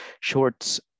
shorts